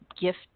gift